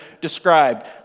described